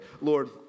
Lord